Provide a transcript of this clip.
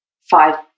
Five